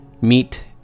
Meet